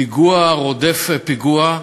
פיגוע רודף פיגוע,